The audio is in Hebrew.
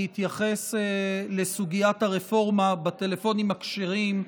להתייחס לסוגיית הרפורמה בטלפונים הכשרים,